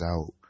out